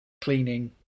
cleaning